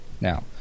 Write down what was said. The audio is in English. now